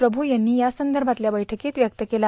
प्रभू यांनी यासंदर्भातल्या वैठकीत व्यक्त केला